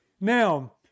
Now